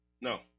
No